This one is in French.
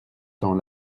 temps